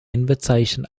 invitation